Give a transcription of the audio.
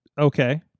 Okay